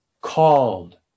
called